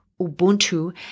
Ubuntu